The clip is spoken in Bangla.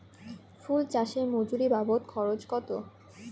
ফুল চাষে মজুরি বাবদ খরচ কত?